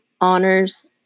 honors